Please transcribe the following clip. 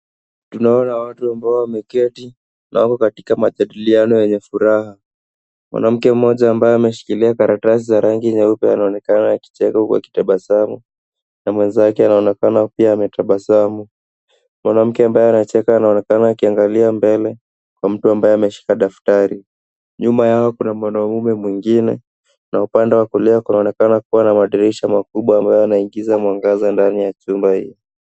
Tunaona watu ambao wameketi na wako katika majadiliano yenye furaha. Mwanamke mmoja ambaye ameshikilia karatasi za rangi nyeupe anaonekana akicheka huku akitabasamu na mwenzake anaonekana pia ametabasamu. Mwanamke ambaye anacheka anaonekana akiangalia mbele kwa mtu ambaye ameshika daftari. Nyuma yao kuna mwanaume mwingine na upande wa kulia kunaonekana kuwa na madirisha makubwa ambayo yanaingiza mwangaza ndani ya chumba hii.